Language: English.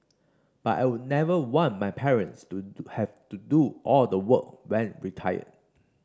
but I would never want my parents to do have to do all the work when retired